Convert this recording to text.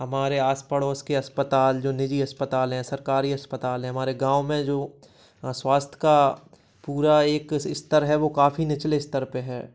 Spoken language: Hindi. हमारे आस पड़ोस के अस्पताल जो निजी अस्पताल हैं सरकारी अस्पताल हैं हमारे गाँव में जो अ स्वास्थ का पूरा एक स्तर है वो काफ़ी निचले स्तर पर है